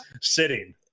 sitting